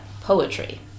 poetry